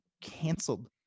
canceled